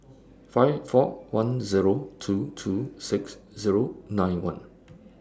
five four one Zero two two six Zero nine one